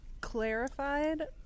clarified